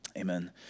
Amen